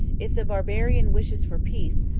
if the barbarian wishes for peace,